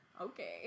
okay